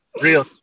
Real